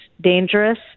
dangerous